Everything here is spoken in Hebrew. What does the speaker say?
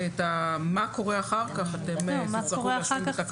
ואת מה קורה אחר כך אתם תצטרכו להשלים בתקנות.